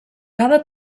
cada